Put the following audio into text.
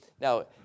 Now